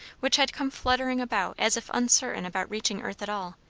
which had come fluttering about as if uncertain about reaching earth at all,